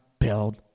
build